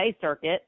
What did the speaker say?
circuit